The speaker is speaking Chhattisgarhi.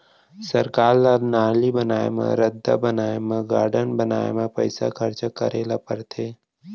सरकार ल नाली बनाए म, रद्दा बनाए म, गारडन बनाए म पइसा खरचा करे ल परथे